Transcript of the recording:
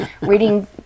Reading